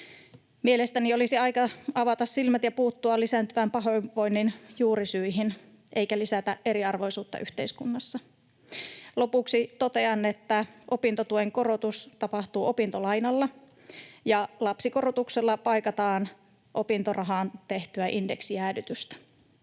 Mielestäni olisi aika avata silmät ja puuttua lisääntyvän pahoinvoinnin juurisyihin eikä lisätä eriarvoisuutta yhteiskunnassa. Lopuksi totean, että opintotuen korotus tapahtuu opintolainalla ja lapsikorotuksella paikataan opintorahaan tehtyä indeksijäädytystä.